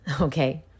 okay